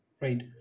right